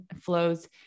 flows